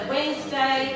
Wednesday